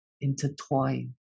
Intertwine